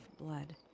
blood